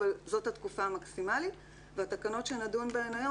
אבל זאת התקופה המקסימלית והתקנות שנדון בהן היום